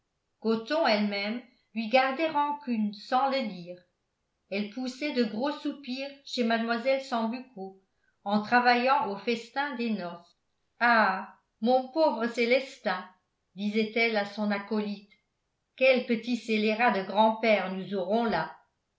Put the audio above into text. gothon elle-même lui gardait rancune sans le dire elle poussait de gros soupirs chez mlle sambucco en travaillant au festin des noces ah mon pauvre célestin disait-elle à son acolyte quel petit scélérat de grand-père nous aurons là